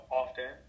often